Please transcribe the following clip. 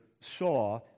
saw